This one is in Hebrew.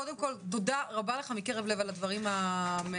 קודם כל תודה רבה לך מקרב לב על הדברים מעומק